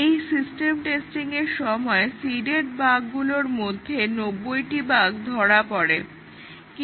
এই সিস্টেম টেস্টিংয়ের সময় সিডেড বাগগুকর মধ্যে 90টি বাগ ধরা পড়ে